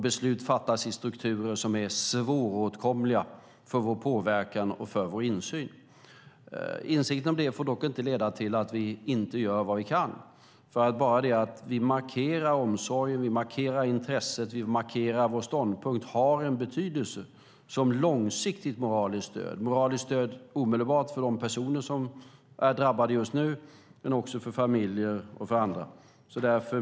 Beslut fattas i strukturer som är svåråtkomliga för vår påverkan och insyn. Insikten om det får dock inte leda till att vi inte gör vad vi kan. Bara det faktum att vi markerar omsorg, markerar intresse, markerar vår ståndpunkt har betydelse som ett långsiktigt moraliskt stöd och ett omedelbart moraliskt stöd för de personer som just nu är drabbade liksom för deras familjer och andra.